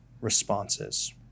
responses